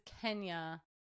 Kenya